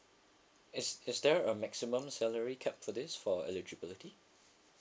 is is there a maximum salary cap for this for eligibility